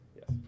Yes